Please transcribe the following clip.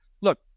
Look